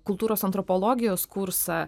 kultūros antropologijos kursą